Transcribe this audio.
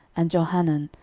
and johanan,